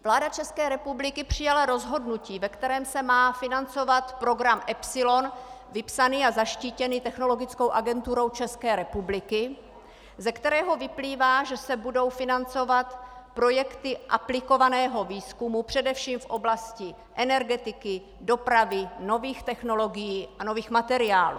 Vláda České republiky přijala rozhodnutí, kterým se má financovat program EPSILON vypsaný a zaštítěný Technologickou agenturou České republiky, ze kterého vyplývá, že se budou financovat projekty aplikovaného výzkumu především v oblasti energetiky, dopravy, nových technologií a nových materiálů.